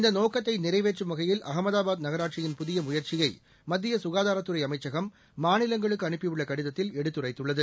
இந்த நோக்கத்தை நிறைவேற்றும் வகையில் அஹமதாபாத் நகராட்சியின் புதிய முயற்சியை மத்திய ககாதாரத்துறை அமைச்சகம் மாநிலங்களுக்கு அனுப்பியுள்ள கடிதத்தில் எடுத்துரைத்துள்ளது